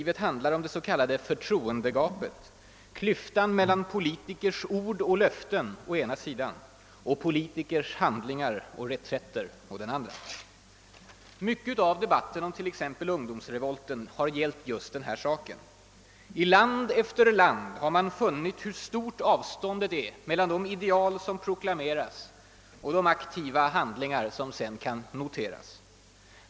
Det handlar om det s.k. förtroendegapet: klyftan mellan politikers ord och löften å ena sidan och politikers handlingar och reträtter å den andra. Mycket av debatten om t.ex. ungdomsrevolten har just gällt denna sak. I land efter land har man funnit hur stort avståndet är mellan de ideal som proklameras och de aktiva handlingar som sedan kan noteras.